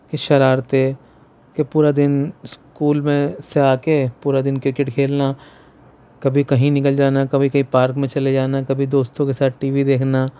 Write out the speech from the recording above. کہ شرارتیں کہ پورا دن اسکول میں سے آ کے پورا دن کرکٹ کھیلنا کبھی کہیں نکل جانا کبھی کہیں پارک میں چلے جانا کبھی دوستوں کے ساتھ ٹی بی دیکھنا